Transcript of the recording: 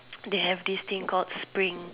they have this thing called spring